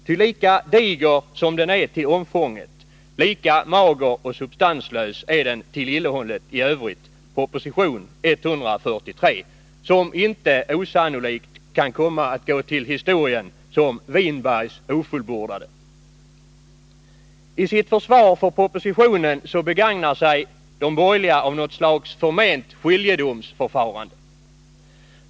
Ty lika diger som proposition 143 är till omfånget, lika mager och substanslös är den tillinnehållet. Och det är inte osannolikt att propositionen kan komma att gå till historien som Winbergs ofullbordade. I sitt försvar för propositionen begagnar sig de borgerliga av något slags förment skiljedomsförfarande.